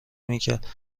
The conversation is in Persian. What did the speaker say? میکرد